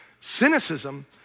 Cynicism